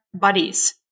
buddies